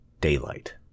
daylight